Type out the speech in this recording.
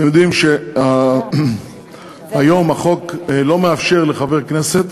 אתם יודעים שהיום החוק לא מאפשר לחבר כנסת